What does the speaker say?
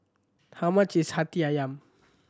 how much is Hati Ayam